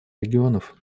регионов